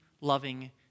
loving